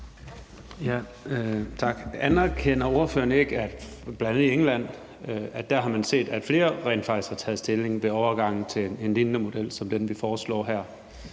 (V): Tak. Anerkender ordføreren ikke, at i bl.a. England har man set, at flere rent faktisk har taget stilling ved overgangen til en lignende model som den, vi foreslår her?